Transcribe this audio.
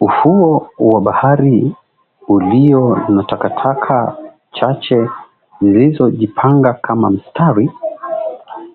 Ufuo wa bahari ulio na takataka chache zilizojipanga kama matawi